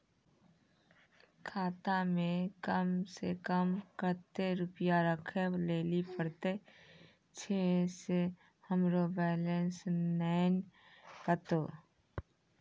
खाता मे कम सें कम कत्ते रुपैया राखै लेली परतै, छै सें हमरो बैलेंस नैन कतो?